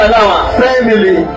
Family